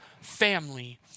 family